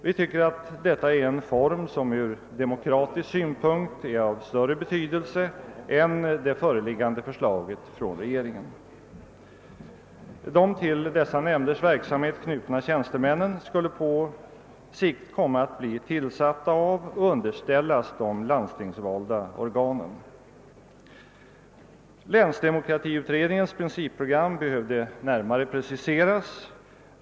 Vi tycker att detta är en form som ur demokratisk synvinkel är av större betydelse än det föreliggande förslaget från regeringen. De till dessa nämnders verksamhet knutna tjänstemännen skulle på sikt komma att bli tillsatta av och underställas de landstingsvalda organen. Länsdemokratiutredningens principprogram behövde närmare preciseras.